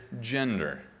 gender